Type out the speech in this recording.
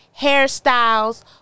hairstyles